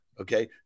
okay